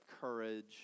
courage